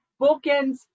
bookends